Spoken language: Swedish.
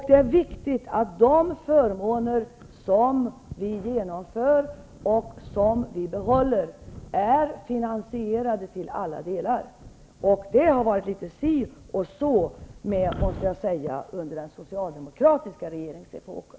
Det är viktigt att de förmåner som vi genomför och som vi behåller är finansierade till alla delar. Det har det varit litet si och så med under den socialdemokratiska regeringsepoken.